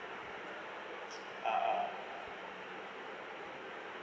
uh